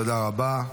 תודה רבה.